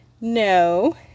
no